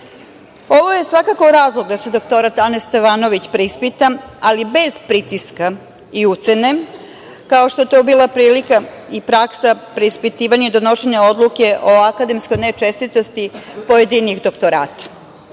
je svakako razlog da se doktorat Ane Stevanović preispita, ali bez pritiska i ucene, kao što je to bila prilika i praksa preispitivanja i donošenja odluke o akademskoj nečestitosti pojedinih doktorata. Mi